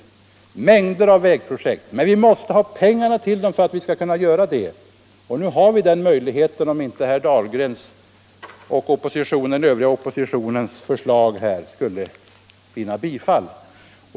Det gäller mängder av vägprojekt, men vi måste ha pengarna till dem för att kunna sätta i gång, och nu har vi den möjligheten, om inte herr Dahlgrens och den övriga oppositionens förslag skulle vinna bifall.